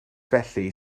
felly